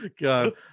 God